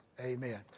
Amen